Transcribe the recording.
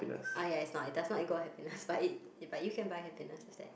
I as not it does not equal happiness but it but you can buy happiness just like